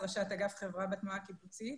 ראש אגף חברה בתנועה הקיבוצית.